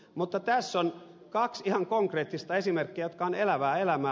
mutta tässä on kaksi ihan konkreettista esimerkkiä jotka ovat elävää elämää